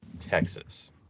Texas